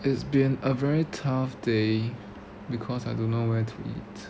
it's been a very tough day because I don't know where to eat